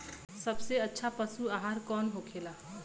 सबसे अच्छा पशु आहार कौन होखेला?